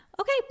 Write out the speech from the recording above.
Okay